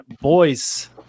Boys